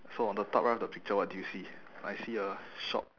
so on the top right of the picture what do you see I see a shop